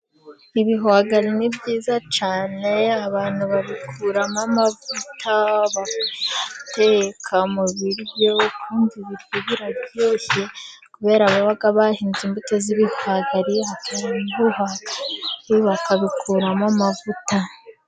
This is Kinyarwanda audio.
Ibihwagari ni byiza cyane, abantu babikuramo amavuta, bateka mu biryo, ukumva ibiryo biraryoshye, kubera ko baba bahinze imbuto z'ibihwagari, ibihwagari bakabikuramo amavuta.